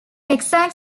exact